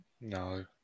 No